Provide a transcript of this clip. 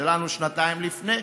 שלנו משנתיים לפני,